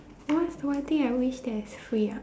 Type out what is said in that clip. what's the one thing I wish that is free ah